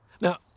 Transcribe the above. Now